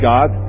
God